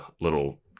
little –